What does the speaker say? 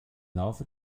laufe